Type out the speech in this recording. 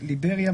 ליבריה,